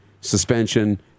Suspension